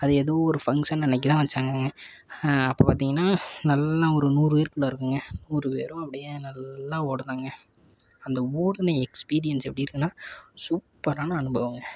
அது எதோ ஒரு ஃபங்க்ஷன் அன்னக்குதான் வச்சாங்கங்க அப்போ பார்த்திங்கனா நல்லா ஒரு நூறுபேருக்குள்ளே இருக்குங்க நூறுபேரும் அப்படியே நல்லா ஓடுனங்க அந்த ஓடின எக்ஸ்பீரியன்ஸ் எப்படி இருக்குன்னா சூப்பரான அனுபவம்ங்க